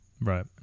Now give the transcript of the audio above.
Right